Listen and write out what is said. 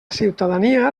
ciutadania